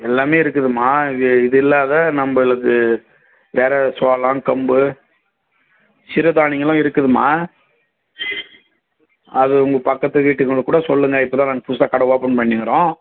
எல்லாமே இருக்குதுமா இது இல்லாம நம்மளுது வேறு சோளம் கம்பு சிறு தானியங்களும் இருக்குதும்மா அது உங்கள் பக்கத்து வீடுங்களுக்கு கூட சொல்லுங்கள் இப்போது தான் நாங்கள் புதுசாக கடை ஓப்பன் பண்ணியிருக்குறோம்